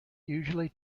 usually